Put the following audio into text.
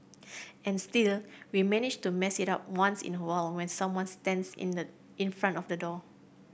and still we manage to mess it up once in a while when someone stands in the in front of the door